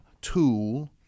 tool